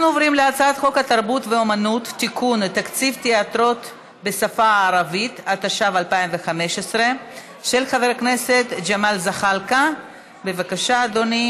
71 חברי כנסת בעד, שני מתנגדים, אין